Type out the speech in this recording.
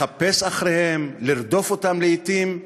לחפש אחריהם, לרדוף אותם לעתים.